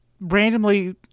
randomly